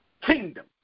kingdom